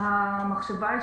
המחשבה היא,